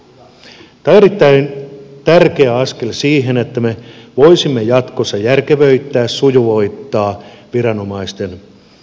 tämä on erittäin tärkeä askel siihen että me voisimme jatkossa järkevöittää sujuvoittaa viranomaisten tiedonvaihtoa